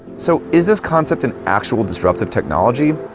so is this concept an actual disruptive technology?